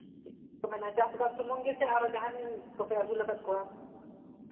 ᱪᱮᱫ ᱠᱚ ᱢᱮᱱᱟ ᱪᱟᱥᱼᱵᱟᱥ ᱥᱩᱢᱩᱱ ᱜᱮᱥᱮ ᱟᱨᱚ ᱡᱟᱦᱟᱱᱤᱡ ᱠᱚᱯᱮ ᱟᱹᱥᱩᱞ ᱟᱠᱟᱫ ᱠᱚᱣᱟ